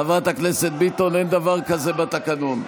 חברת הכנסת ביטון, אין דבר כזה בתקנון.